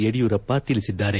ಯಡಿಯೂರಪ್ಪ ತಿಳಿಸಿದ್ದಾರೆ